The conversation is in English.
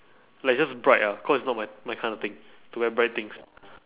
like just bright ah cause it's not my my kind of thing to wear bright things